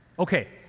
okay,